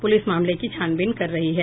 police मामले की छानबीन कर रही है